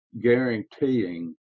guaranteeing